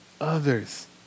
others